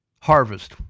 harvest